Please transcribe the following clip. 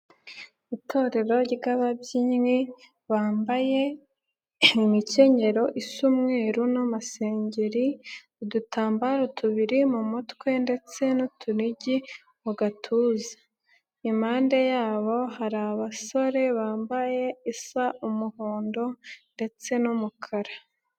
Itorero ry'ababyinnyi bambaye imikenyero isa umweru n'amasengeri, udutambaro tubiri mu mutwe ndetse n'utunigi mu gatuza. Impande yabo hari abasore bambaye isa umuhondo ndetse n'umukara.